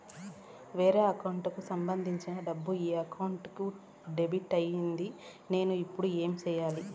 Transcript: వేరే అకౌంట్ కు సంబంధించిన డబ్బు ఈ అకౌంట్ కు డెబిట్ అయింది నేను ఇప్పుడు ఏమి సేయాలి